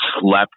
slept